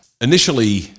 Initially